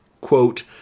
quote